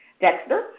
Dexter